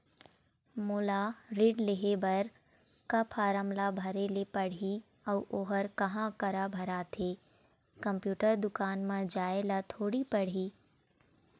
मोला ऋण लेहे बर का फार्म ला भरे ले पड़ही अऊ ओहर कहा करा भराथे, कंप्यूटर दुकान मा जाए ला थोड़ी पड़ही?